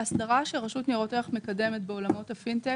ההסדרה שרשות לניירות ערך מקדמת בעולמות הפינטק